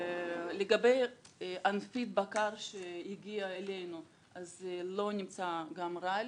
לגבי אנפית בקר שהגיעה אלינו, אז לא נמצא גם רעל.